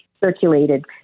circulated